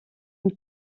une